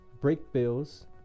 Breakbills